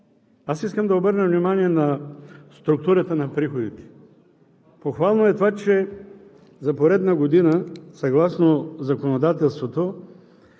Аз искам да обърна внимание на структурата на приходите. Похвално е това, че за поредна година съгласно законодателството,